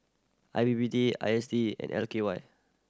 I P P T I S D and L K Y